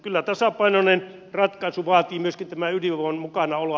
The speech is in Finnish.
kyllä tasapainoinen ratkaisu vaatii myöskin tämän ydinvoiman mukanaoloa